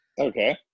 Okay